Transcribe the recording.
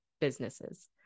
businesses